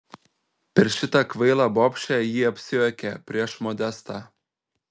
per šitą kvailą bobšę ji apsijuokė prieš modestą